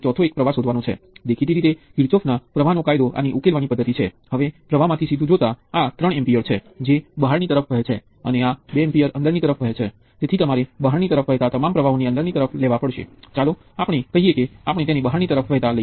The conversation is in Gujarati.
પાછલા એકમમાં આપણે કેટલાક બે ટર્મિનલ તત્વો તરફ ધ્યાન આપ્યું છે આ એકમમાં આપણે આ તત્વોના ચોક્કસ પ્રારંભિક સંયોજન પર ધ્યાન આપીશું અને જુઓ કે તેઓ કેવી રીતે વર્તે છે